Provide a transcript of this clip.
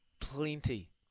plenty